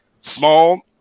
small